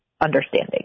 understanding